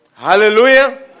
Hallelujah